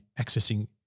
accessing